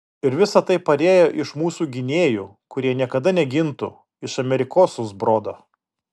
ir visa tai parėjo iš mūsų gynėjų kurie niekada negintų iš amerikosų zbrodo